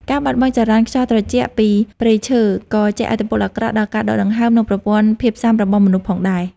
ការបាត់បង់ចរន្តខ្យល់ត្រជាក់ពីព្រៃឈើ ក៏ជះឥទ្ធិពលអាក្រក់ដល់ការដកដង្ហើម និងប្រព័ន្ធភាពស៊ាំរបស់មនុស្សផងដែរ។